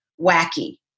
wacky